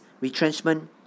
retrenchment